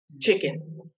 Chicken